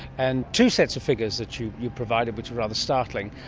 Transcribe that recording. and two sets of figures that you you provided which are rather startling.